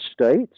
states